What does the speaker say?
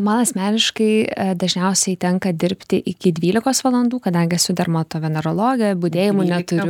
man asmeniškai dažniausiai tenka dirbti iki dvylikos valandų kadangi esu dermatovenerologė budėjimų neturiu